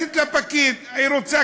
הלקוחות.